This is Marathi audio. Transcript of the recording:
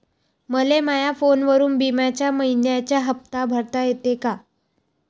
मले माया फोनवरून बिम्याचा मइन्याचा हप्ता भरता येते का?